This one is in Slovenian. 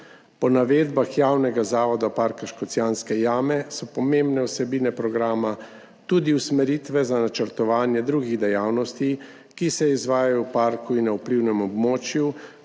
Po navedbah Javnega zavoda Park Škocjanske jame so pomembne vsebine programa tudi usmeritve za načrtovanje drugih dejavnosti, ki se izvajajo v parku in na vplivnem območju,